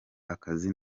akazi